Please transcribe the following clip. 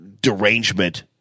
derangement